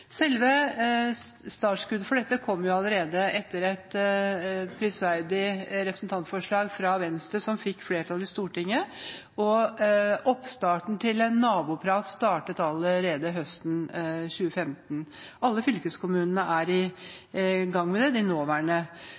kom allerede etter et prisverdig representantforslag fra Venstre, som fikk flertall i Stortinget, og oppstarten til en naboprat startet allerede høsten 2015. Alle de nåværende fylkeskommunene er i gang med det. De